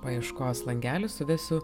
paieškos langelį suvesiu